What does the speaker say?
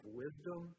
wisdom